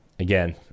Again